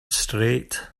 straight